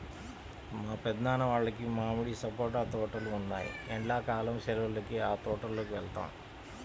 మా పెద్దనాన్న వాళ్లకి మామిడి, సపోటా తోటలు ఉన్నాయ్, ఎండ్లా కాలం సెలవులకి ఆ తోటల్లోకి వెళ్తాం